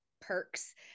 perks